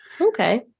okay